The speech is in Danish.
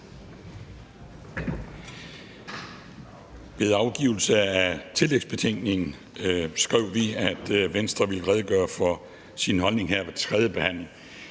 Ved afgivelsen af tillægsbetænkningen skrev vi, at Venstre ville redegøre for sin holdning her ved tredjebehandlingen,